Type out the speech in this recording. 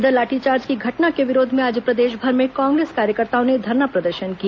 इधर लाठीचार्ज की घटना के विरोध में आज प्रदेशभर में कांग्रेस कार्यकर्ताओं ने धरना प्रदर्शन किया